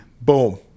Boom